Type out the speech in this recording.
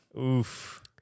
oof